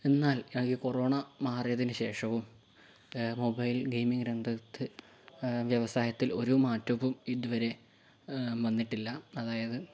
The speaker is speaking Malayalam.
എന്നാൽ ഈ കൊറോണ മാറിയതിന് ശേഷവും മൊബൈൽ ഗെയിമിങ്ങ് രംഗത്ത് വ്യവസായത്തിൽ ഒരു മാറ്റവും ഇത് വരെ വന്നട്ടില്ല അതായത്